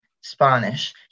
Spanish